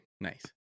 nice